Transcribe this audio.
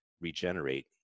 regenerate